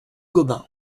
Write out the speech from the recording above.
gobain